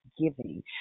giving